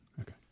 Okay